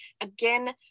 again